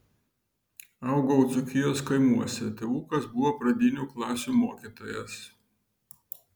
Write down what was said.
augau dzūkijos kaimuose tėvukas buvo pradinių klasių mokytojas